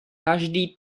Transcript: každý